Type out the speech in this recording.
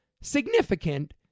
significant